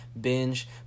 binge